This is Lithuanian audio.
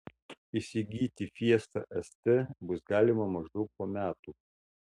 įsigyti fiesta st bus galima maždaug po metų